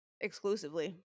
exclusively